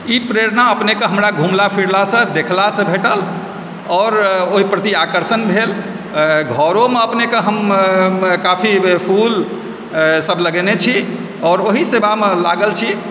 ई प्रेरणा अपनेके हमरा घुमला फिरलासँ देखलासँ भेटल आओर ओहि प्रति आकर्षण भेल घरोमे अपनेके हम काफी फूलसभ लगओने छी आओर ओहि सेवामे लागल छी